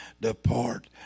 depart